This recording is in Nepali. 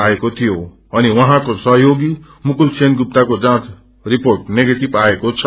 आएको थियो अनि उहाँको सहयोगी मुकुल सेनगुप्ताको जाँच रिपोअ नेगेटिय आएको छ